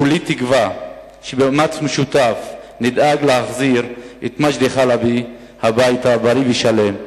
כולי תקווה שבמאמץ משותף נדאג להחזיר את מג'די חלבי הביתה בריא ושלם.